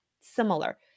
similar